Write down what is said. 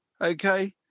Okay